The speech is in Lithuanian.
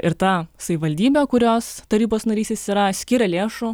ir ta savivaldybė kurios tarybos narys jis yra skiria lėšų